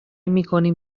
میکنیم